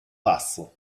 pazzo